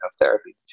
therapy